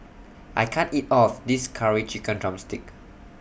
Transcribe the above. I can't eat All of This Curry Chicken Drumstick